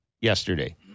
yesterday